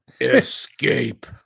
Escape